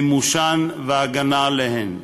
מימושן וההגנה עליהן.